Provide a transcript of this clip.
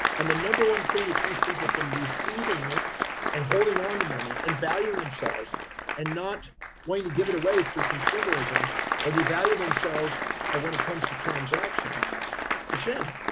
and the number one thing that keeps people from receiving and holding onto money and valuing themselves and not wanting to give it away through consumerism or devalue themselves ah when it comes to transactions is shame,